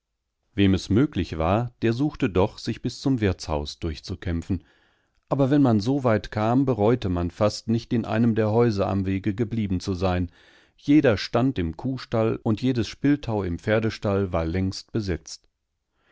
wem es möglich war der suchte doch sich bis zum wirtshaus durchzukämpfen aber wenn man so weit kam bereute man fast nicht in einem der häuser am wege geblieben zu sein jeder stand im kuhstall und jedesspilltauimpferdestallwarlängstbesetzt es blieb